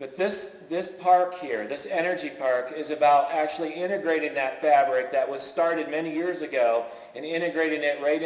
but this this park here this energy park is about actually integrated that fabric that was started many years ago and integrated that ra